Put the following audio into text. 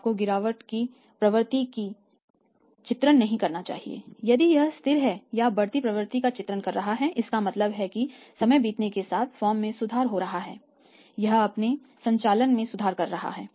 आपको गिरावट की प्रवृत्ति का चित्रण नहीं करना चाहिए और यदि यह स्थिर है या बढ़ती प्रवृत्ति का चित्रण कर रहा है इसका मतलब है कि समय बीतने के साथ फर्म में सुधार हो रहा है यह अपने संचालन में सुधार कर रहा है